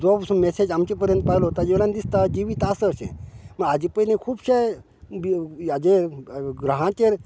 जो मेसेज आमचे पर्यंत पावयलो ताजे वेल्यान दिसता जिवीत आसा अशें पूण हाजे पयलीं खुबशे हाजे ग्रहांचेर